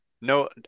no